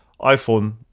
iPhone